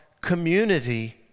community